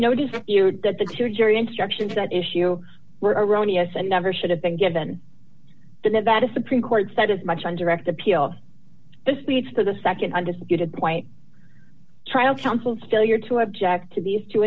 no dispute that the two jury instructions that issue were erroneous and never should have been given the nevada supreme court said as much on direct appeal this leads to the nd undisputed quite trial counsel's failure to object to these two